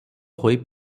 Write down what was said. ହୋଇ